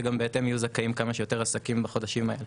ובהתאם יהיו זכאים כמה שיותר עסקים בחודשים האלו.